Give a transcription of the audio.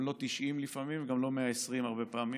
גם לא 90 לפעמים, וגם לא 120 הרבה פעמים,